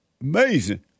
Amazing